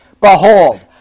Behold